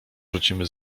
wrócimy